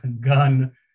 gun